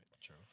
True